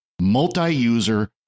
multi-user